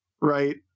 right